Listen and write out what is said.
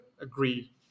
agree